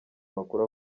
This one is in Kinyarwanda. amakuru